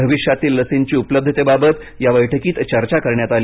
भविष्यातील लसींची उपलब्धतेबाबत या बैठकीत चर्चा करण्यात आली